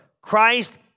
Christ